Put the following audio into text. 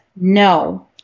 No